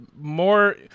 More